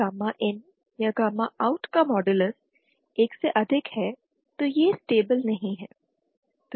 यदि गामा IN या गामा OUT का मॉडलस एक से अधिक है तो यह स्टेबल नहीं है